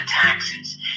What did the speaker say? taxes